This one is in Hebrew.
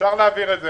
אפשר להעביר את זה.